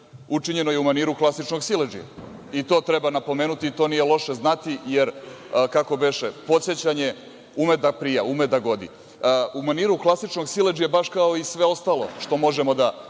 učinjeno je u maniru klasičnog siledžije. To treba napomenuti i to nije loše znati jer, kako beše, podsećanje ume da prija, ume da godi. U maniru klasičnog siledžije, baš kao i sve ostalo što možemo da